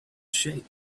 shape